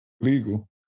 legal